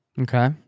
Okay